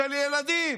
של ילדים.